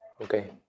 Okay